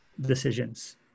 decisions